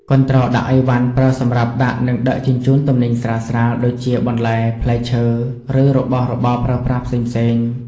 កន្ត្រកដាក់ឥវ៉ាន់ប្រើសម្រាប់ដាក់ និងដឹកជញ្ជូនទំនិញស្រាលៗ ដូចជាបន្លែ ផ្លែឈើ ឬរបស់របរប្រើប្រាស់ផ្សេងៗ។